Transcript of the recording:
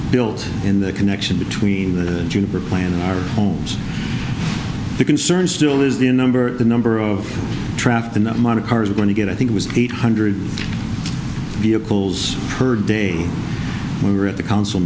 built in that connection between the juniper plant in our homes the concern still is the number the number of traffic in the amount of cars going to get i think was eight hundred vehicles per day we were at the council